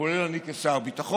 כולל אני כשר הביטחון,